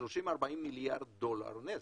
30,40 מיליארד דולר נזק.